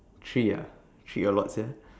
three ah three a lot sia